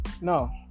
No